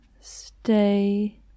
stay